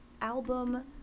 album